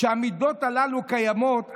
כשהמידות הללו קיימות,